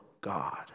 God